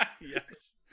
Yes